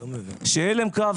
שהלם קרב,